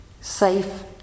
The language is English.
safe